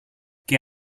que